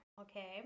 Okay